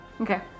Okay